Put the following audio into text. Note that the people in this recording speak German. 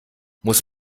muss